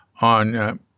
on –